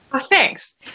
Thanks